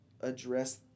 address